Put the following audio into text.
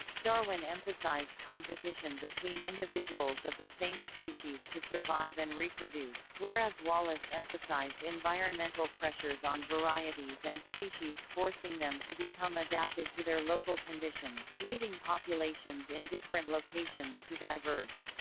darwin emphasised competition between individuals of the same species to survive and reproduce, whereas wallace emphasised environmental pressures on varieties and species forcing them to become adapted to their local conditions, leading populations in different locations to diverge.